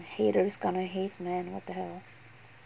haters gonna hate man what the hell